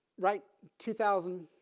right. two thousand.